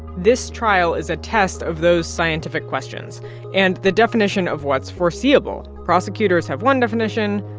this trial is a test of those scientific questions and the definition of what's foreseeable. prosecutors have one definition.